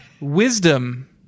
Wisdom